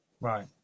Right